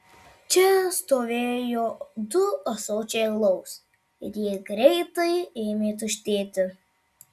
čia stovėjo du ąsočiai alaus ir jie greitai ėmė tuštėti